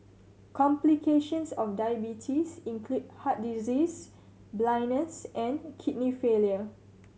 complications of diabetes include heart disease blindness and kidney failure